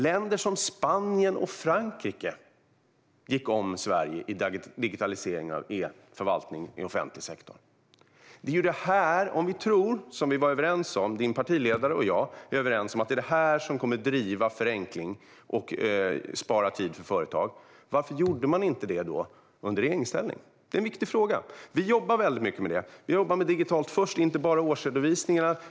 Länder som Spanien och Frankrike gick om Sverige i fråga om digitalisering och e-förvaltning inom offentlig sektor. Din partiledare och jag var överens om att det är detta som kommer att driva förenkling och spara tid för företag. Varför gjorde man då inte detta i regeringsställning? Det är en viktig fråga. Vi jobbar väldigt mycket med det. Det gäller inte bara årsredovisningar.